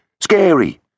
Scary